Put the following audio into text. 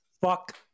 Fuck